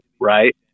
right